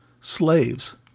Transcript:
Slaves